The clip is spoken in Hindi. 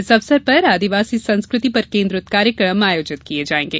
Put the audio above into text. इस अवसर पर आदिवासी संस्कृति पर केन्द्रित कार्यकम आयोजित किये जायेंगे